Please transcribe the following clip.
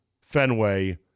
Fenway